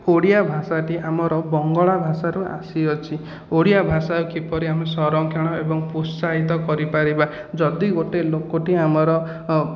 ଓଡ଼ିଆ ଭାଷାଟି ଆମର ବଙ୍ଗଳା ଭାଷାରୁ ଆସିଅଛି ଓଡ଼ିଆ ଭାଷା କିପରି ଆମେ ସଂରକ୍ଷଣ ଏବଂ ପ୍ରୋତ୍ସାହିତ କରିପାରିବା ଯଦି ଗୋଟିଏ ଲୋକଟିଏ ଆମର